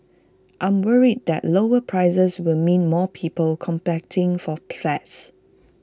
I'm worried that lower prices will mean more people competing for